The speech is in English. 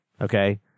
okay